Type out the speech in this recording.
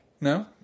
No